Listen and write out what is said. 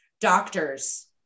doctors